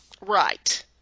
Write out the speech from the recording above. Right